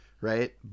right